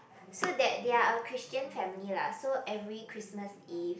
so that they are a Christian family lah so every Christmas Eve